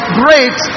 great